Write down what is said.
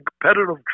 competitive